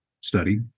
study